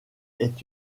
est